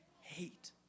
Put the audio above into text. hate